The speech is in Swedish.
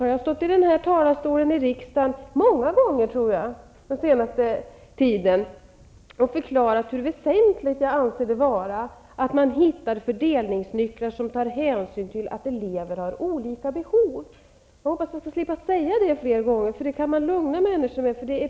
Jag har från riksdagens talarstol många gånger den senaste tiden förklarat hur väsentligt jag anser det vara att man hittar fördelningsnycklar som tar hänsyn till att elever har olika behov -- jag hoppas slippa säga det flera gånger. Det kan man lugna människor med.